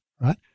right